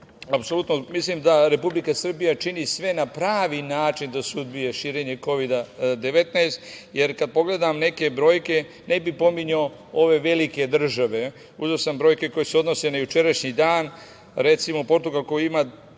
zemljama. Mislim da Republika Srbija čini sve na pravi način da suzbije širenje Kovida 19, jer kad pogledam neke brojke, ne bih pominjao ove velike države, uzeo sam brojke koje se odnose na jučerašnji dan. Recimo, Portugal, koji ima